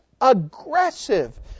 aggressive